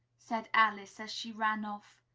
said alice, as she ran off.